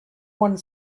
one